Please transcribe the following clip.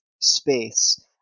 space